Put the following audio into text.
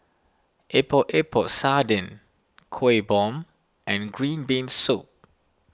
Epok Epok Sardin Kuih Bom and Green Bean Soup